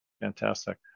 fantastic